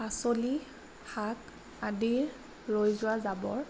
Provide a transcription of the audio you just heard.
পাচলি শাক আদিৰ ৰৈ যোৱা জাবৰ